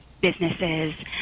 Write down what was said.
businesses